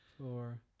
four